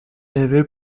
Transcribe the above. avait